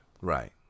Right